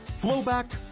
flowback